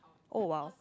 oh !wow!